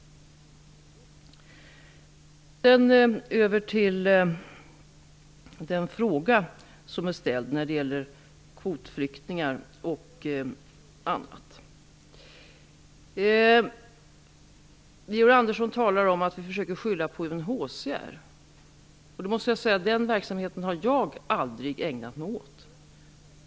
Sedan över till den fråga som ställdes om kvotflyktingar och annat. Georg Andersson talar om att vi försöker skylla på UNHCR. Den verksamheten har jag aldrig ägnat mig åt.